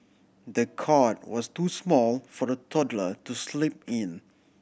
the cot was too small for the toddler to sleep in